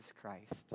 Christ